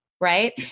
right